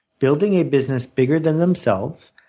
building a business bigger than themselves,